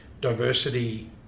diversity